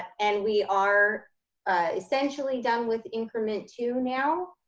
and we are essentially done with increment two now.